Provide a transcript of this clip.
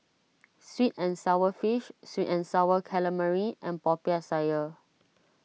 Sweet and Sour Fish Sweet and Sour Calamari and Popiah Sayur